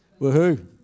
Woohoo